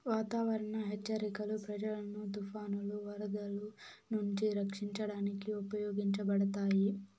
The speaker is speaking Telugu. వాతావరణ హెచ్చరికలు ప్రజలను తుఫానులు, వరదలు నుంచి రక్షించడానికి ఉపయోగించబడతాయి